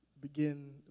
begin